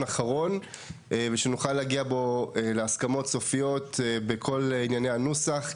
אחרון ושנוכל להגיע בו להסכמות סופיות בכל ענייני הנוסח,